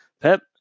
Pep